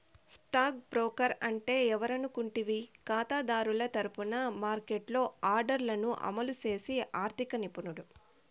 stock broker అంటే ఎవరనుకుంటివి కాతాదారుల తరపున మార్కెట్లో ఆర్డర్లను అమలు చేసి ఆర్థిక నిపుణుడు